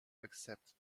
accept